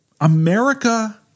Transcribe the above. America